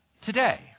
Today